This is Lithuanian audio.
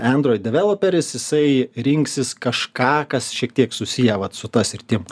android developeris jisai rinksis kažką kas šiek tiek susiję vat su ta sritim